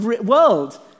world